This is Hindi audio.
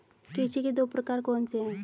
कृषि के दो प्रकार कौन से हैं?